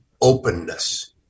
openness